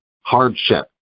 hardship